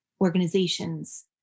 organizations